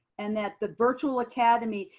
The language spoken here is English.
and that the virtual academy,